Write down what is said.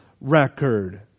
record